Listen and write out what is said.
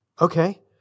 Okay